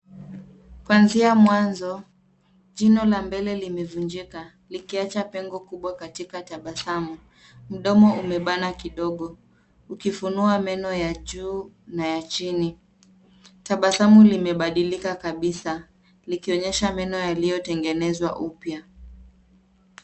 Kuanzia mwanzo jino la mbele limevunjika likiacha pengo kubwa katika tabasamu. Mdomo umebana kidogo ukkifunuwa meno ya juu na ya chini tabasamu limebadilika kabisa likionyesha meno yaliyotegenezwa upya.